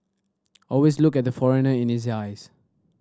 always look at the foreigner in his eyes